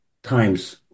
Times